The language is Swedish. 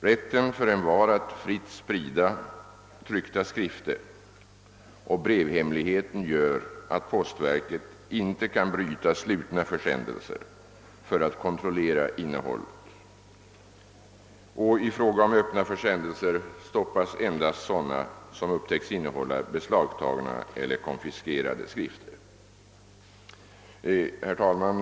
Rätten för envar att fritt sprida tryckta skrifter och den existerande lagen om bevarande av brevhemligheten gör att postverket inte kan bryta slutna försändelser för att kontrollera innehållet. I fråga om öppna försändelser kan sägas att endast sådana stoppas, vilka upptäcks innehålla beslagtagna eller konfiskerade skrifter. Herr talman!